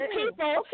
people